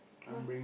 must